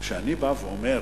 כשאני בא ואומר,